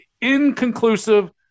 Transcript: inconclusive –